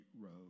road